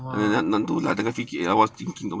!alamak!